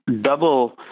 double